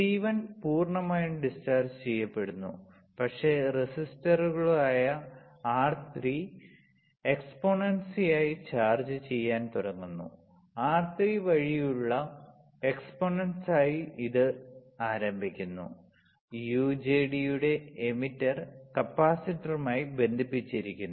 C1 പൂർണ്ണമായും discharge ചെയ്യപ്പെടുന്നു പക്ഷേ റെസിസ്റ്ററുകളായ R3 എക്സ്പോണൻസിയായി ചാർജ് ചെയ്യാൻ തുടങ്ങുന്നു R3 വഴിയുള്ള എക്സ്പോണൻസലായി ഇത് ആരംഭിക്കുന്നു യുജെടിയുടെ എമിറ്റർ കപ്പാസിറ്ററുമായി ബന്ധിപ്പിച്ചിരിക്കുന്നു